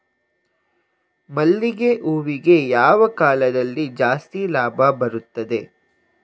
ಮಲ್ಲಿಗೆ ಹೂವಿಗೆ ಯಾವ ಕಾಲದಲ್ಲಿ ಜಾಸ್ತಿ ಲಾಭ ಬರುತ್ತದೆ?